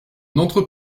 n’entre